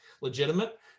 legitimate